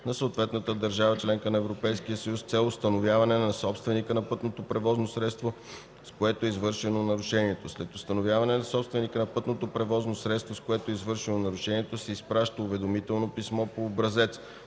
на съответната държава – членка на Европейския съюз, с цел установяване на собственика на пътното превозното средство, с което е извършено нарушението. (2) След установяване на собственика на пътното превозно средство, с което е извършено нарушението, се изпраща уведомително писмо по образец,